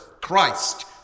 Christ